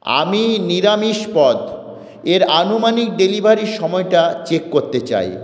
আমি নিরামিষ পদ এর আনুমানিক ডেলিভারির সময়টা চেক করতে চাই